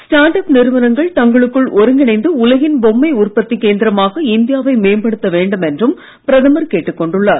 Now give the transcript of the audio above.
start up நிறுவனங்கள் தங்களுக்குள் ஒருங்கிணைந்து உலகின் பொம்மை உற்பத்தி கேந்திரமாக இந்தியாவை மேம்படுத்த வேண்டும் என்றும் பிரதமர் கேட்டுக் கொண்டுள்ளார்